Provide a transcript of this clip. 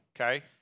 okay